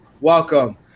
Welcome